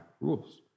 rules